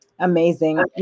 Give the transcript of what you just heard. Amazing